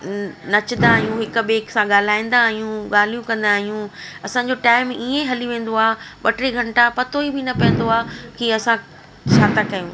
न नचंदा आहियूं हिक ॿिए सां ॻाल्हाईंदा आहियूं ॻाल्हियूं कंदा आहियूं असांजो टाइम ईअं हली वेंदो आहे ॿ टे घंटा पतो ई बि न पवंदो आहे की असां छा था कयूं